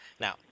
Now